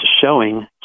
showing